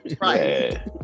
Right